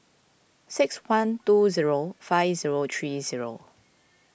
six one two zero five zero three zero